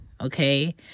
okay